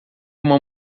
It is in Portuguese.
uma